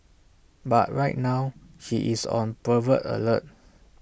but right now she is on pervert alert